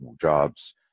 jobs